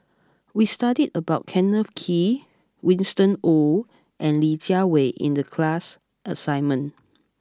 we studied about Kenneth Kee Winston Oh and Li Jiawei in the class assignment